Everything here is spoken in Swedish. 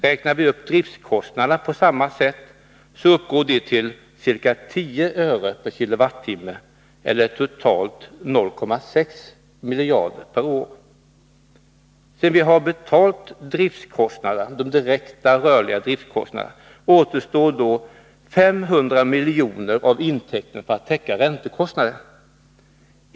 Räknar vi upp driftkostnaderna på samma sätt, så finner vi att de uppgår till ca 10 öre/k Wh eller totalt 0,6 miljarder per år. Sedan vi betalat de direkta rörliga driftkostnaderna återstår 500 miljoner avintäkten för att täcka räntekostnader.